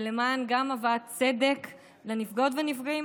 וגם למען הבאת צדק לנפגעות ונפגעים,